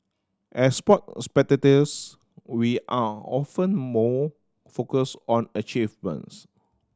as sport spectators we are often more focused on achievements